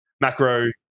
macro